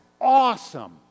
awesome